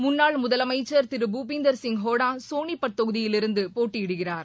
முன்னாள் முதலமைச்சர் திரு பூபிந்தர் சிங் ஹுடா சோனிபட் தொகுதியிலிருந்து போட்டியிடுகிறார்